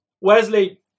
Wesley